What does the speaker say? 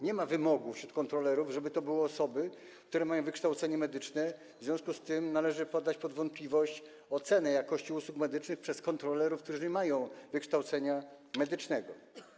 Nie ma wymogu wśród kontrolerów, żeby to były osoby, które mają wykształcenie medyczne, w związku z tym należy podać w wątpliwość ocenę jakości usług medycznych przez kontrolerów, którzy nie mają wykształcenia medycznego.